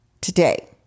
today